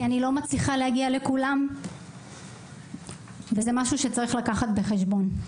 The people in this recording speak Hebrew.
כי אני לא מצליחה להגיע לכולם וזה משהו שצריך לקחת בחשבון.